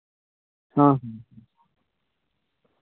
ᱦᱚᱸ ᱦᱮᱸ ᱦᱮᱸ